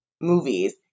movies